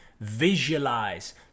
Visualize